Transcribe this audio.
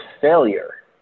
failure